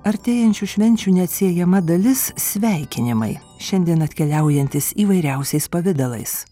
artėjančių švenčių neatsiejama dalis sveikinimai šiandien atkeliaujantys įvairiausiais pavidalais